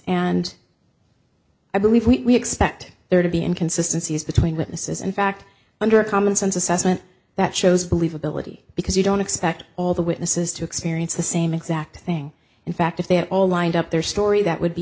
and i believe we expect there to be inconsistency as between witnesses in fact under a common sense assessment that shows believability because you don't expect all the witnesses to experience the same exact thing in fact if they all lined up their story that would be